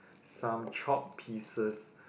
some chopped pieces